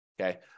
okay